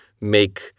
make